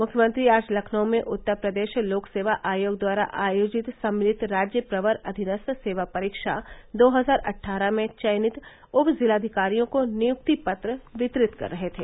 मुख्यमंत्री आज लखनऊ में उत्तर प्रदेश लोक सेवा आयोग द्वारा आयोजित सम्मिलित राज्यप्रवर अधीनस्थ सेवा परीक्षा दो हजार अट्ठारह में चयनित उपजिलाधिकारियों को नियुक्ति पत्र वितरित कर रहे थे